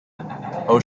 how